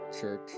Church